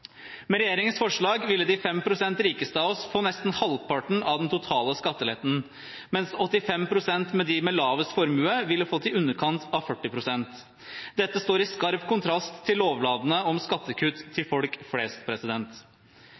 Med regjeringens forslag ville de 5 pst. rikeste av oss få nesten halvparten av den totale skatteletten, mens 85 pst. av dem med lavest formue ville få i underkant av 40 pst. Dette står i skarp kontrast til lovnadene om skattekutt til folk flest.